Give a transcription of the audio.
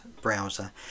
browser